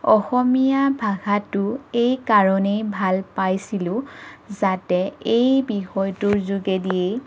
অসমীয়া ভাষাটো এই কাৰণেই ভাল পাইছিলোঁ যাতে এই বিষয়টোৰ যোগেদিয়েই